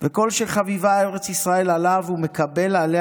וכל שחביבה ארץ ישראל עליו ומקבל עליה